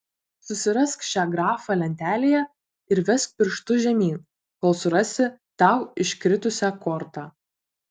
susirask šią grafą lentelėje ir vesk pirštu žemyn kol surasi tau iškritusią kortą